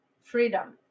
freedom